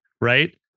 right